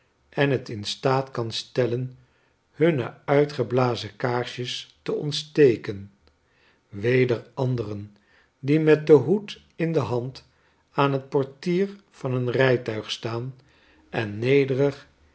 en het in staat kan stellen hunne uitgeblazen kaarsjes te ontsteken weder anderen die met den hoed in de hand aan het portier van een rijtuig staan ennederig